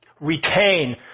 retain